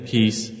Peace